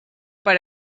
per